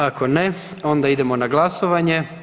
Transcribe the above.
Ako ne, onda idemo na glasovanje.